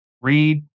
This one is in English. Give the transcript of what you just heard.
read